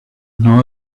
know